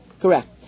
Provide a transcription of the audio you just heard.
Correct